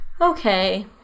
Okay